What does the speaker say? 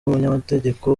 umunyamategeko